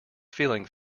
feeling